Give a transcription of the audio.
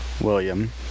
William